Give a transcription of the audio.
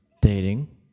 dating